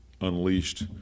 unleashed